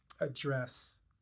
address